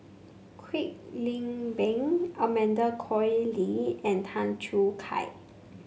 Kwek Leng Beng Amanda Koe Lee and Tan Choo Kai